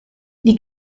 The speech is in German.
die